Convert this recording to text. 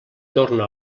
torna